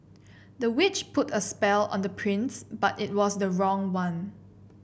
the witch put a spell on the prince but it was the wrong one